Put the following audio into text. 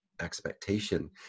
expectation